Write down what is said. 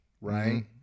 right